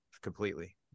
completely